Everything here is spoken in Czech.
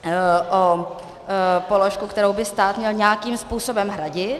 Jde o položku, kterou by stát měl nějakým způsobem hradit.